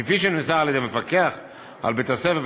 כפי שנמסר על-ידי המפקח על בית-הספר,